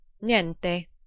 Niente